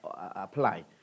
apply